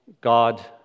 God